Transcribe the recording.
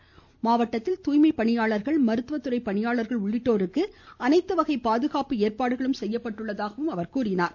நாமக்கல் மாவட்டத்தில் துாய்மை பணியாளர்கள் மருத்துவ துறை பணியாளர்கள் உள்ளிட்டோருக்கு அனைத்து வகை பாதுகாப்பு ஏற்பாடுகளும் செய்யப்பட்டுள்ளதாக அவர் தெரிவித்தார்